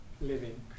living